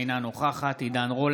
אינה נוכחת עידן רול,